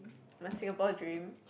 my Singapore dream